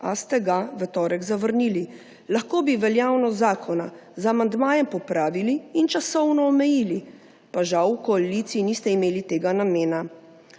a ste ga v torek zavrnili. Lahko bi veljavnost zakona z amandmajem popravili in časovno omejili, pa žal v koaliciji niste imeli tega namena.